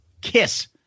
Kiss